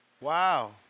Wow